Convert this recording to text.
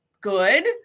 good